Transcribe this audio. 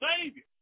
Savior